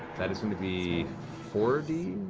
that is going to be four d